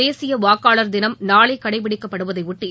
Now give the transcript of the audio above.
தேசிய வாக்காளர் தினம் நாளை கடைபிடிக்கப்படுவதையொட்டி